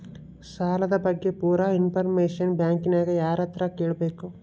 ಸಾಲದ ಬಗ್ಗೆ ಪೂರ ಇಂಫಾರ್ಮೇಷನ ಬ್ಯಾಂಕಿನ್ಯಾಗ ಯಾರತ್ರ ಕೇಳಬೇಕು?